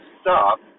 stop